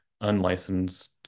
unlicensed